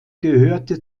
gehörte